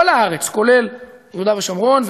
כל הארץ, כולל יהודה ושומרון.